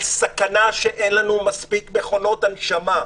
על סכנה שאין לנו מספיק מכונות הנשמה.